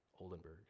Oldenburg